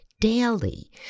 daily